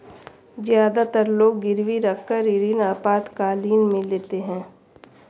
ज्यादातर लोग गिरवी रखकर ऋण आपातकालीन में लेते है